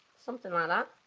something like that.